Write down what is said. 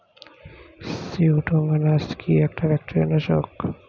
Pseudomonas কি একটা bacteria নাশক?